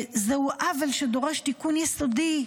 זהו "עוול הדורש תיקון יסודי".